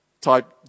type